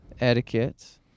Etiquette